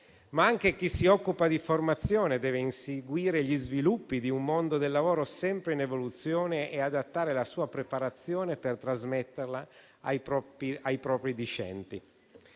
Anche chi si occupa di formazione deve inseguire gli sviluppi di un mondo del lavoro sempre in evoluzione e adattare la sua preparazione per trasmetterla ai propri discenti.